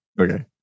Okay